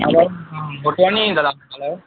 हलो मोटवानी दादा था ॻाल्हायो